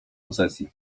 posesji